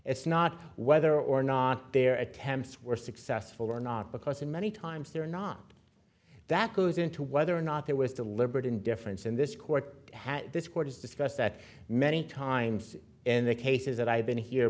it's not whether or not their attempts were successful or not because in many times they're not that goes into whether or not there was deliberate indifference in this court has this court is discussed that many times in the cases that i've been here